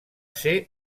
ser